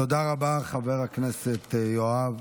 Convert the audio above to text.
תודה רבה, חבר הכנסת יואב.